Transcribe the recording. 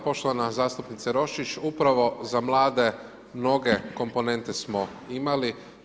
Poštovana zastupnice Roščić, upravo za mlade mnoge komponente smo imali.